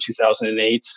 2008